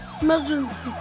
Emergency